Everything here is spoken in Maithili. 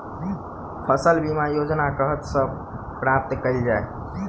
फसल बीमा योजना कतह सऽ प्राप्त कैल जाए?